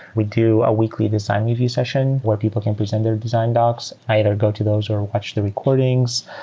we do a weekly design review session where people can present their design docs, either go to those or watch the recordings.